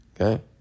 Okay